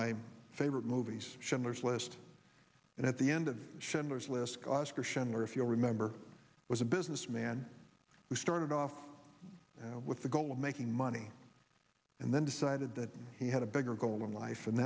my favorite movies schindler's list and at the end of schindler's list or schindler if you'll remember was a businessman who started off with the goal of making money and then decided that he had a bigger goal in life and